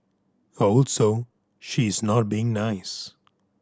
also she is not being nice